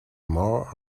more